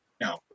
no